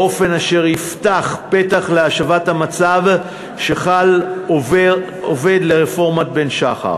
באופן אשר יפתח פתח להשבת המצב שחל עובר לרפורמת בן-שחר.